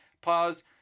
pause